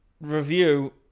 review